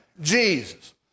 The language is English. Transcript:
Jesus